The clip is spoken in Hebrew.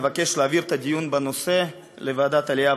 אבקש להעביר את הדיון בנושא לוועדת העלייה,